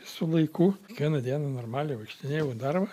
su laiku kiekvieną dieną normaliai vaikštinėjau į darbą